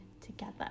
together